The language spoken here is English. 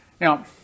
Now